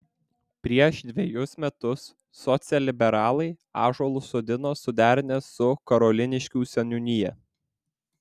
prieš dvejus metus socialliberalai ąžuolus sodino suderinę su karoliniškių seniūnija